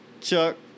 Chuck